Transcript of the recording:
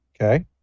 Okay